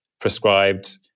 prescribed